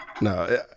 No